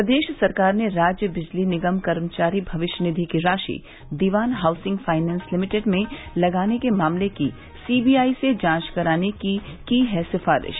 प्रदेश सरकार ने राज्य बिजली निगम कर्मचारी भविष्य निधि की राशि दीवान हाउसिंग फाइनेन्स लिमिटेड में लगाने के मामले की सी बी आई से जांच कराने की की है सिफारिश